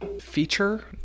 feature